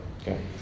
Okay